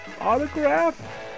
autograph